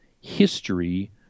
history